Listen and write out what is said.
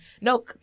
no